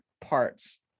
parts